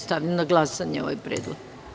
Stavljam na glasanje ovaj predlog.